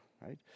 right